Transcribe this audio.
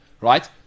right